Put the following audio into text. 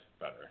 better